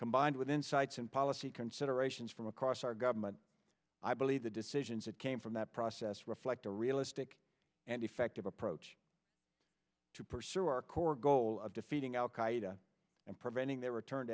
combined with insights and policy considerations from across our government i believe the decisions that came from that process reflect a realistic and effective approach to pursue our core goal of defeating al qaeda and preventing their return